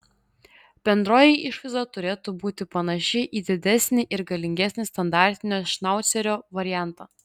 bendroji išvaizda turėtų būti panaši į didesnį ir galingesnį standartinio šnaucerio variantą